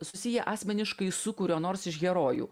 susiję asmeniškai su kuriuo nors iš herojų